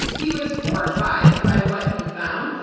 he was horrified by what he found,